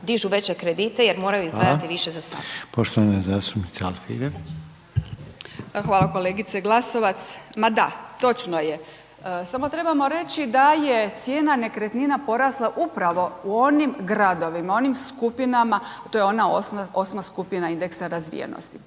dižu veće kredite jer moraju izdvajati više za stan. **Reiner, Željko (HDZ)** Hvala. Poštovana zastupnica Alfirev. **Alfirev, Marija (SDP)** Hvala kolegice Glasovac, ma da točno je samo trebamo reći da je cijena nekretnina porasla upravo u onim gradovima, onim skupinama to je ona osma skupina indeksa razvijenosti,